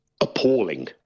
appalling